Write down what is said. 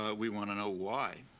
ah we want to know why.